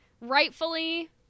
Rightfully